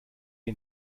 die